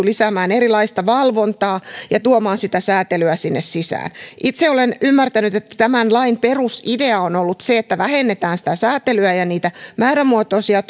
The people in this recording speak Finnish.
lisäämään erilaista valvontaa ja tuomaan säätelyä sinne sisään itse olen ymmärtänyt että tämän lain perusidea on ollut se että vähennetään sitä sääntelyä ja niitä määrämuotoisia